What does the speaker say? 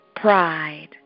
pride